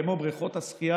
כמו בריכות השחייה,